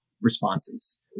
responses